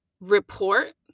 report